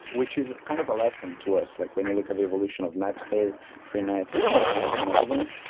which is kind of a lesson to us. like when you look at the evolution of napster, freenet, torrents and everything,